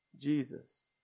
Jesus